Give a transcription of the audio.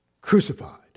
Crucified